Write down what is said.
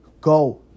go